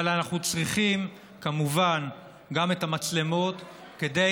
אבל אנחנו צריכים כמובן גם את המצלמות כדי